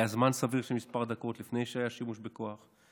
היה זמן סביר של מספר דקות לפני שהיה שימוש בכוח.